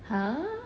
!huh!